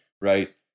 Right